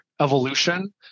evolution